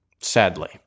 sadly